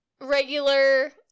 regular